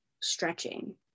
stretching